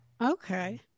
Okay